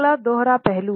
अगला दोहरा पहलू है